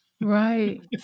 right